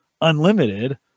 unlimited